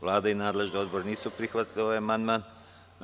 Vlada i nadležni odbor, nisu prihvatili amandman.